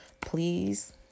please